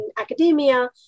academia